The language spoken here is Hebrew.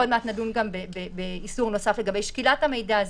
יש איסור נוסף לגבי שקילת המידע.